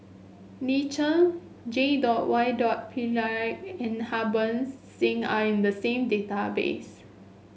Lin Chen J dot Y dot Pillay and Harbans Singh are in the same database